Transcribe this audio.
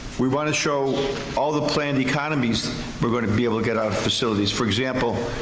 we want to show all the planned economies we're going to be able to get out of facilities, for example,